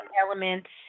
elements